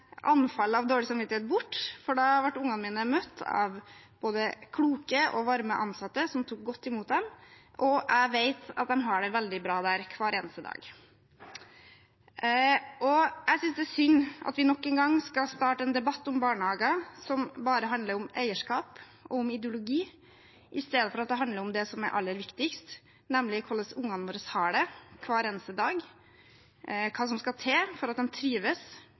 anfall av dårlig samvittighet borte, for da ble ungene mine møtt av både kloke og varme ansatte som tok godt imot dem, og jeg vet at de har det veldig bra der hver eneste dag. Jeg synes det er synd at vi nok en gang skal starte en debatt om barnehager som bare handler om eierskap og ideologi istedenfor at den handler om det som er aller viktigst, nemlig hvordan ungene våre har det hver eneste dag, og hva som skal til for at de trives